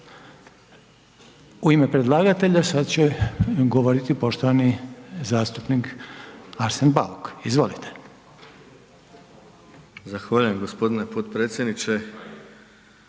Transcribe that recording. U ime predlagatelja, sad će govoriti poštovani zastupnik Arsen Bauk, izvolite.